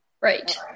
Right